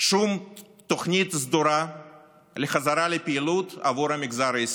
שום תוכנית סדורה לחזרה לפעילות עבור המגזר העסקי.